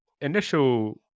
Initial